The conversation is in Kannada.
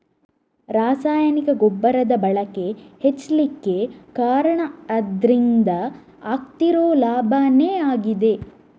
ರಾಸಾಯನಿಕ ಗೊಬ್ಬರದ ಬಳಕೆ ಹೆಚ್ಲಿಕ್ಕೆ ಕಾರಣ ಅದ್ರಿಂದ ಆಗ್ತಿರೋ ಲಾಭಾನೇ ಆಗಿದೆ